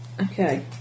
Okay